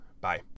Bye